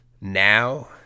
now